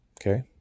okay